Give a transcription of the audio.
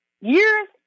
years